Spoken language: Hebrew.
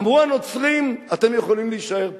אמרו הנוצרים: אתם יכולים להישאר פה,